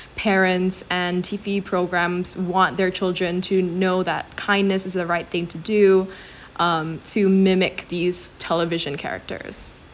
parents and T_V programmes want their children to know that kindness is the right thing to do um to mimic these television characters